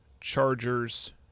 Chargers